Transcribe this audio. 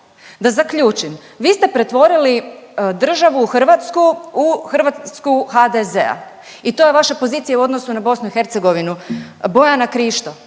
Da zaključim, vi ste pretvorili državu Hrvatsku u Hrvatsku HDZ-a i to je vaša pozicija u odnosu na BiH, Borjana Krišto